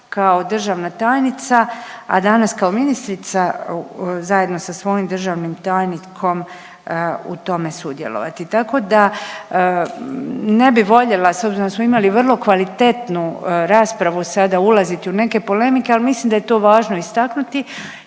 kao državna tajnica, a danas kao ministrica zajedno sa svojim državnim tajnikom u tome sudjelovati. Tako da ne bi voljela, s obzirom da smo imali vrlo kvalitetnu raspravu sada ulaziti u neke polemike, al mislim da je to važno istaknuti